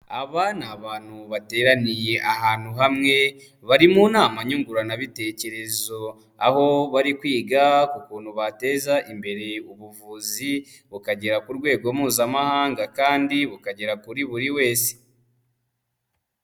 Aba ni abantu bateraniye ahantu hamwe bari mu nama nyunguranabitekerezo, aho bari kwiga ku kuntu bateza imbere ubuvuzi bukagera ku rwego mpuzamahanga kandi bukagera kuri buri wese.